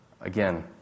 Again